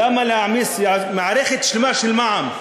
למה להעמיס מערכת שלמה של מע"מ?